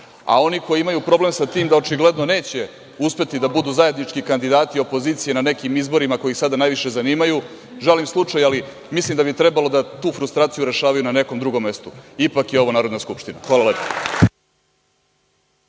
a oni koji imaju problem sa tim da očigledno neće uspeti da budu zajednički kandidati opozicije na nekim izborima koji ih sada najviše zanimaju, žalim slučaj, ali mislim da bi trebalo da tu frustraciju rešavaju na nekom drugom mestu. Ipak je ovo Narodna skupština. Hvala.